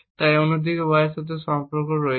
তাই অন্যদিকে Y অক্ষের সাথে সম্পর্ক রয়েছে